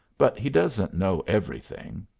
but he doesn't know everything.